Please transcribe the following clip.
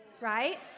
right